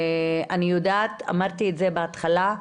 אמרתי את זה בהתחלה: